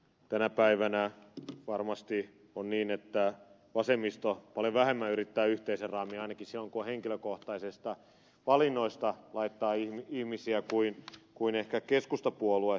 tänä päivänä varmasti on niin että vasemmisto paljon vähemmän yrittää yhteiseen raamiin laittaa ihmisiä kuin ehkä keskustapuolue ainakin silloin kun on kyse henkilökohtaisista valinnoista